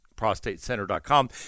prostatecenter.com